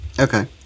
Okay